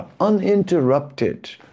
uninterrupted